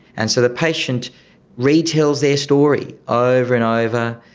and so the patient retells their story ah over and over.